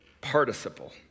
participle